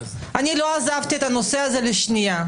אני לא עזבתי את הנושא הזה לשנייה.